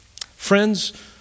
Friends